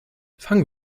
fangen